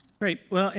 great. well, and